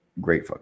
great